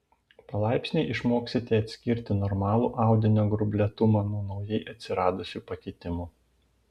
palaipsniui išmoksite atskirti normalų audinio gruoblėtumą nuo naujai atsiradusių pakitimų